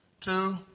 two